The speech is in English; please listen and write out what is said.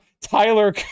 Tyler